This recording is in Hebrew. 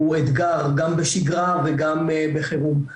הוא אתגר, גם בשגרה וגם בחירום.